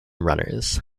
runners